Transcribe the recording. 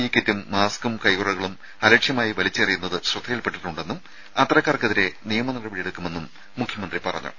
E കിറ്റും മാസ്ക്കും കൈയുറകളും അലക്ഷ്യമായി വലിച്ചെറിയുന്നത് ശ്രദ്ധയിൽപെട്ടിട്ടുണ്ടെന്നും അത്തരക്കാർക്കെതിരെ നിയമ നടപടിയെടുക്കുമെന്നും മുഖ്യമന്ത്രി പറഞ്ഞു